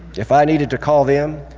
if i needed to call them,